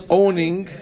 owning